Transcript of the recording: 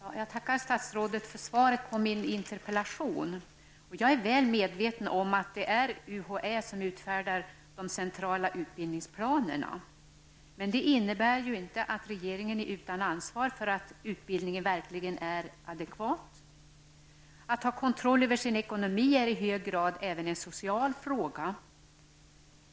Fru talman! Jag tackar statsrådet för svaret på min interpellation. Jag är väl medveten om att det är UHÄ som utfärdar de centrala utbildningsplanerna. Det innebär ju inte att regeringen är utan ansvar för att ubildningen verkligen är adekvat. Att ha kontroll över sin ekonomi är i hög grad även en social fråga.